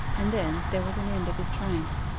and then there was an end of his triumph.